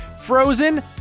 Frozen